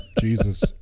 Jesus